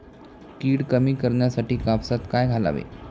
कीड कमी करण्यासाठी कापसात काय घालावे?